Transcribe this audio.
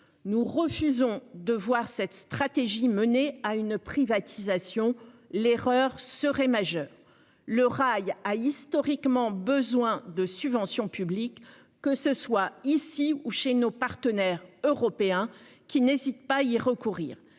Nous refusons de voir cette stratégie menée à une privatisation. L'erreur serait majeur le rail a historiquement besoin de subventions publiques, que ce soit ici ou chez nos partenaires européens qui n'hésitent pas y recourir.